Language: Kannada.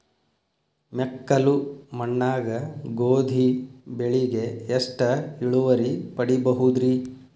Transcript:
ಮೆಕ್ಕಲು ಮಣ್ಣಾಗ ಗೋಧಿ ಬೆಳಿಗೆ ಎಷ್ಟ ಇಳುವರಿ ಪಡಿಬಹುದ್ರಿ?